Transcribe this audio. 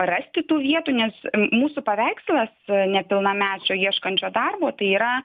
rasti tų vietų nes mūsų paveikslas nepilnamečio ieškančio darbo tai yra